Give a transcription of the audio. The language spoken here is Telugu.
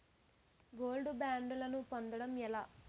గోల్డ్ బ్యాండ్లను పొందటం ఎలా?